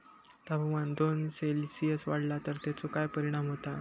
तापमान दोन सेल्सिअस वाढला तर तेचो काय परिणाम होता?